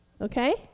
Okay